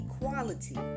equality